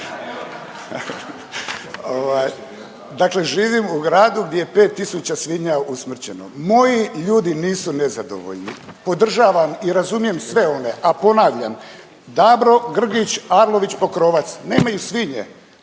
Dakle, živim u gradu gdje je 5.000 svinja usmrćeno, moji ljudi nisu nezadovoljni. Podržavam i razumijem sve one, a ponavljam Dabro, Grgić, Arlović, Pokrovac nemaju svinje.